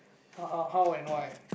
how how and why